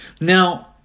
Now